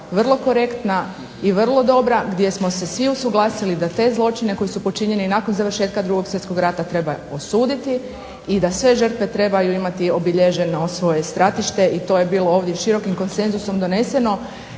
vrlo korektna i vrlo dobra gdje smo se svi usuglasili da te zločine koji su počinjeni nakon završetka 2. svjetskog rata treba osuditi i da sve žrtve trebaju imati obilježeno svoje stratište i to je bilo ovdje širokim konsenzusom doneseno.